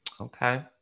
okay